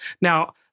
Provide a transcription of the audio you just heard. Now